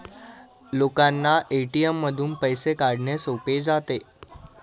लोकांना ए.टी.एम मधून पैसे काढणे सोपे जाते